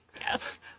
Yes